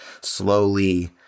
slowly –